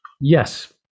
Yes